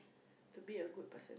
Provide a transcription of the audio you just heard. to be a good person